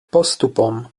postupom